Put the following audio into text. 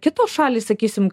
kitos šalys sakysim